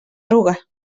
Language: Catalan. ruga